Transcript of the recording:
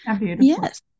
yes